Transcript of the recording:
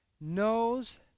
knows